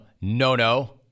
no-no